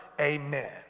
amen